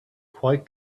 quite